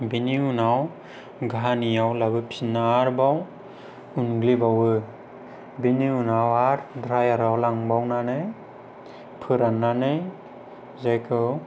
बेनि उनाव घानियाव लाबोफिनना आरोबाव उनग्लिबावो बेनि उनाव आरो ड्रायाराव लांबावनानै फोराननानै जायखौ